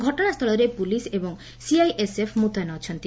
ଘଟଶା ସ୍ଥଳରେ ପୁଲିସ ଏବଂ ସିଆଇଏସ୍ଏଫ୍ ମୁତୟନ ଅଛନ୍ତି